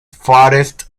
farthest